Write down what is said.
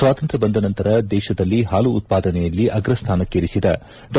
ಸ್ವಾತಂತ್ರ್ಯ ಬಂದ ನಂತರ ದೇಶದಲ್ಲಿ ಹಾಲು ಉತ್ಪಾದನೆಯಲ್ಲಿ ಅಗ್ರಸ್ವಾನಕ್ಕೇರಿಸಿದ ಡಾ